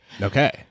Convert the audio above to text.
Okay